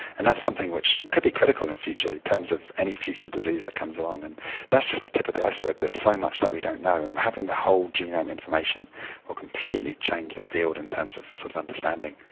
and that something which could be critical in future in terms of any future disease that comes along. and that's just the tip of the iceberg. there's so much that we don't know, and having the whole genome information will completely change the field in terms of sort of understanding.